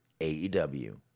AEW